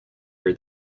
are